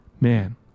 man